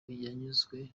yanyuzwe